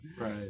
Right